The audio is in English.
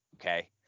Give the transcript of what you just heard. okay